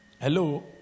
Hello